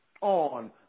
on